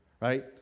right